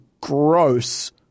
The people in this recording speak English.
gross